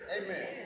Amen